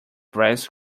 brass